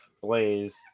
Blaze